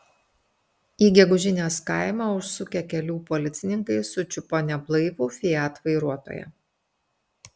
į gegužinės kaimą užsukę kelių policininkai sučiupo neblaivų fiat vairuotoją